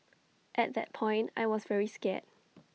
at that point I was very scared